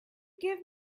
give